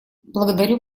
благодарю